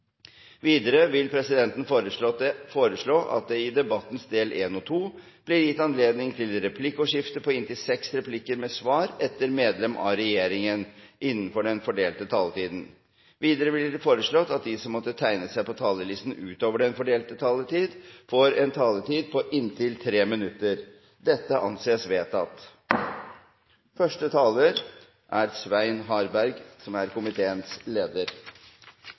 Videre vil presidenten foreslå at det i debattens del 1 og 2 blir gitt anledning til replikkordskifte på inntil seks replikker med svar etter innlegg fra medlem av regjeringen innenfor den fordelte taletiden. Videre blir det foreslått at de som måtte tegne seg på talerlisten utover den fordelte taletid, får en taletid på inntil 3 minutter. – Det anses vedtatt.